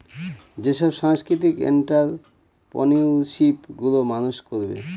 যেসব সাংস্কৃতিক এন্ট্ররপ্রেনিউরশিপ গুলো মানুষ করবে